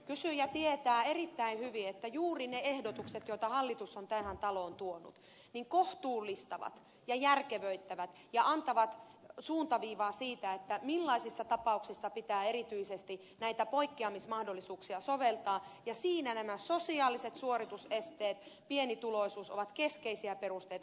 kysyjä tietää erittäin hyvin että juuri ne ehdotukset joita hallitus on tähän taloon tuonut kohtuullistavat ja järkevöittävät ja antavat suuntaviivaa siitä millaisissa tapauksissa pitää erityisesti näitä poikkeamismahdollisuuksia soveltaa ja siinä nämä sosiaaliset suoritusesteet pienituloisuus ovat keskeisiä perusteita